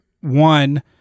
one